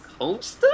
Homestuck